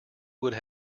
would